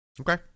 okay